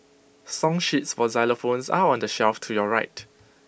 song sheets for xylophones are on the shelf to your right